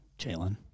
Jalen